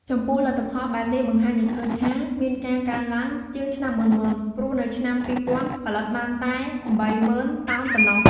ចំពោះ លទ្ធផលបែបនេះបង្ហាញឲ្យឃើញថាមានការកើនឡើងជាងឆ្នាំមុនៗ ព្រោះនៅឆ្នាំ២០០០ផលិតបានតែ៨០ ០០០ តោនប៉ុណ្ណោះ។